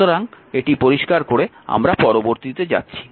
সুতরাং এটি পরিষ্কার করে আমরা পরবর্তীতে যাচ্ছি